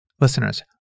Listeners